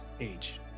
age